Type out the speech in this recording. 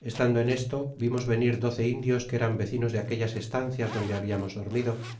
y estando en esto vimos venir doce indios que eran vecinos de aquellas estancias donde hablamos dormido